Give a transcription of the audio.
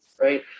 right